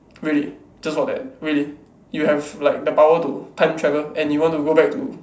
really just for that really you have like the power to time travel and you want to go back to